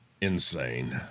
insane